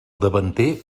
davanter